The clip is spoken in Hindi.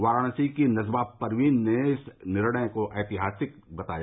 वाराणसी की नजमा परवीन ने इस निर्णय को ऐतिहासिक निर्णय बताया